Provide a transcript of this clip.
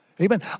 Amen